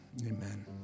amen